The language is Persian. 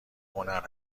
هنر